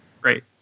Great